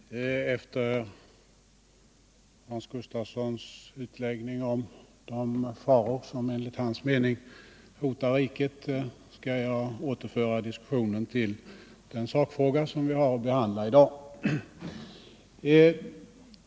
Herr talman! Efter Hans Gustafssons utläggning om de faror som enligt hans mening hotar riket skall jag återföra diskussionen till den sakfråga vi har att behandla i dag.